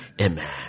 Amen